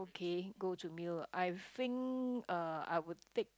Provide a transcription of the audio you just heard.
okay go to meal I think uh I would take